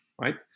right